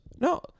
No